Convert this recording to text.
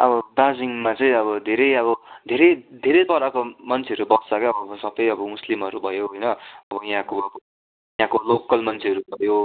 अब दार्जिलिङमा चाहिँ अब धेरै अब धेरै धेरै पाराको मान्छेहरू बस्छ क्या अब सबै अब मुस्लिमहरू भयो होइन अब यहाँको अब यहाँको लोकल मान्छेहरू भयो